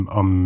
om